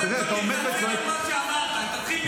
קודם תתנצל על מה שאמרת, תתחיל מזה.